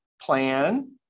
plan